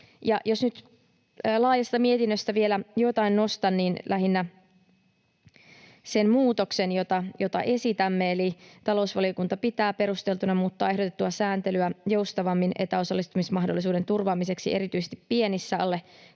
Jos nyt laajasta mietinnöstä vielä jotain nostan, niin lähinnä sen muutoksen, jota esitämme, eli talousvaliokunta pitää perusteltuna muuttaa ehdotettua sääntelyä joustavamman etäosallistumismahdollisuuden turvaamiseksi erityisesti pienissä, alle